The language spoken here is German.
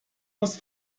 was